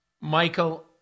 Michael